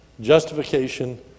justification